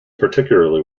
particularly